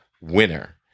winner